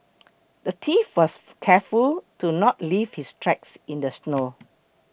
the thief was careful to not leave his tracks in the snow